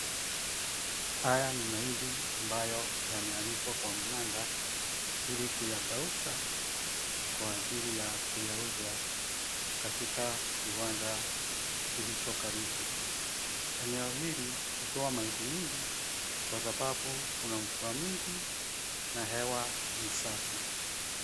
Haya ni mahindi ambayo yameanikwa kwa mnanda, ili ya kuyakausha kwa ajili ya kuyauza katika kiwanda kilicho karibu . Eneo hili hutoa mahindi mingi, kwa sababu kuna mvua mingi na hewa ni safi.